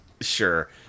Sure